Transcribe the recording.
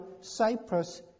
Cyprus